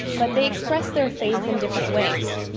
but they express their faith in different ways.